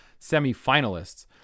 semifinalists